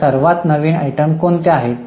तर सर्वात नवीन आयटम कोणत्या आहेत